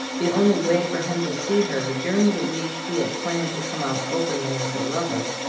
the only way for him to see her during the week he had planned to come out openly as her lover,